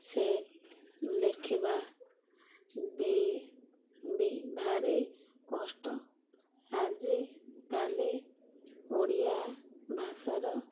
ସେ ଲେଖିବା ବି ବି ଭାରି କଷ୍ଟ ଆଜିକାଲି ଓଡ଼ିଆ ଭାଷାର